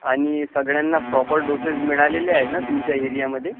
आणि सगळ्यांना proper doses मिळालेले आहेत ना तुमच्या एरियामध्ये